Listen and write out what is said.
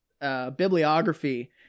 bibliography